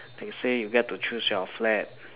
they say you get to choose your flat